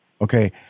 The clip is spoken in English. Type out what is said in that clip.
Okay